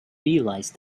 realized